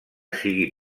sigui